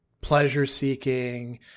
pleasure-seeking